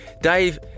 Dave